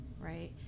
right